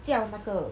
叫那个